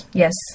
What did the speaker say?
yes